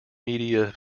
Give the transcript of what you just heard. media